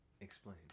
Explain